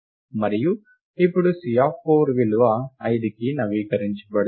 మరియు ఇప్పుడు C4 విలువ 5కి నవీకరించబడింది